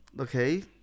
Okay